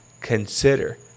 Consider